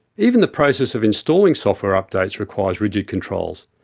even the process of installing software updates requires rigid controls,